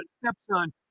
stepson